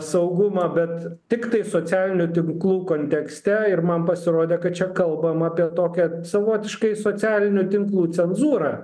saugumą bet tiktai socialinių tinklų kontekste ir man pasirodė kad čia kalbama apie tokią savotiškai socialinių tinklų cenzūrą